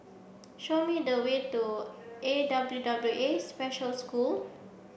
show me the way to A W W A Special School